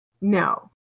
no